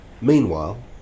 Meanwhile